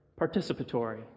participatory